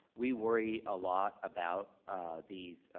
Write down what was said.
we worry a lot about these